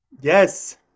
Yes